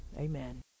amen